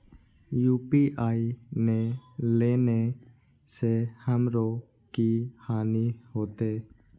UPI ने लेने से हमरो की हानि होते?